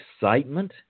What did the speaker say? excitement